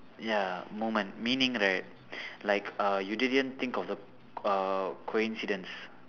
ya moment meaning right like uh you didn't think of the uh coincidence